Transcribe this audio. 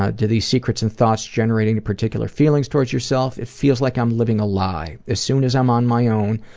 ah do these secrets and thoughts generate any particular feelings towards yourself it feels like i am living a lie. as soon as i am on my own,